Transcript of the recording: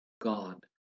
God